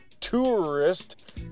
Tourist